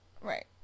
Right